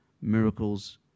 miracles